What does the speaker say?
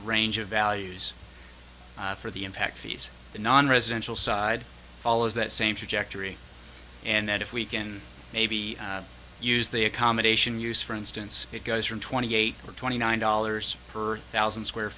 range of values for the impact fees the nonresidential side follows that same trajectory and if we can maybe use the accommodation use for instance it goes from twenty eight or twenty nine dollars per thousand square